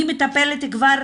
אני מטפלת כבר